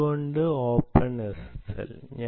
എന്തുകൊണ്ടാണ് ഓപ്പൺഎസ്എസ്എൽ